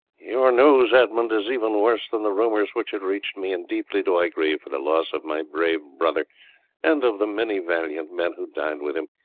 your news, edmund, is even worse than the rumours which had reached me, and deeply do i grieve for the loss of my brave brother and of the many valiant men who died with him.